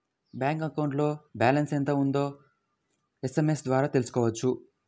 bank అకౌంట్లో balance ఎంత ఉందో ఎస్ఎంఎస్ ద్వారా తెలుసుకోవచ్చు